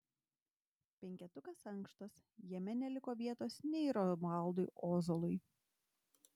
penketukas ankštas jame neliko vietos nei romualdui ozolui